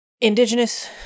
indigenous